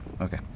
Okay